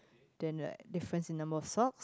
then right difference in number of sock